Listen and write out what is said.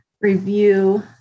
review